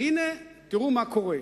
והנה, תראו מה קורה.